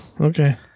Okay